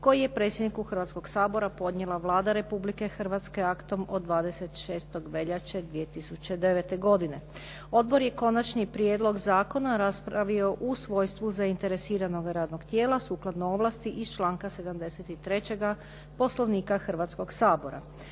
koji je predsjedniku Hrvatskog sabora podnijela Vlada Republike Hrvatske aktom od 26. veljače 2009. godine. Odbor je Konačni prijedlog zakona raspravio u svojstvu zainteresiranoga radnog tijela sukladno ovlasti iz članka 73. Poslovnika Hrvatskog sabora.